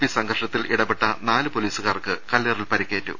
P സംഘർഷ ത്തിൽ ഇടപെട്ട നാല് പൊലീസുകാർക്ക് കല്ലേറിൽ പരിക്കേറ്റു